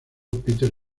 peter